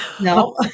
no